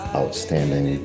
outstanding